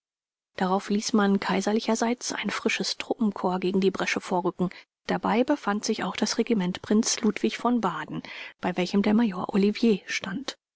darauf ließ man kaiserlicherseits ein frisches truppenkorps gegen die bresche vorrücken dabei befand sich auch das regiment prinz ludwig von baden bei welchem der major olivier stand